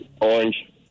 Orange